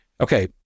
okay